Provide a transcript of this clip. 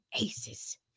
aces